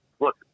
Look